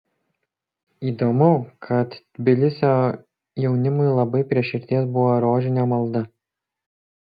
įdomu kad tbilisio jaunimui labai prie širdies buvo rožinio malda